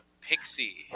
pixie